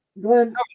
Glenn